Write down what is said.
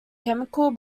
chemical